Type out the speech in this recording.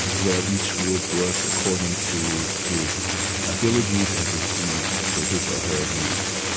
where each would work according to his abilities and receive to his or her needs.